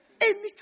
Anytime